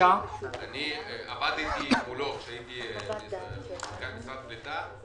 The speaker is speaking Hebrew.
עבדתי מולו כשהייתי מנכ"ל משרד הקליטה.